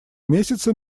месяцы